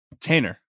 Tanner